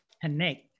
connect